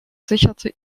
sicherte